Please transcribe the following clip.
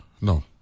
No